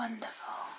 Wonderful